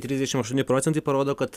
trisdešim aštuoni procentai parodo kad